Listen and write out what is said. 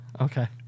Okay